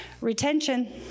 retention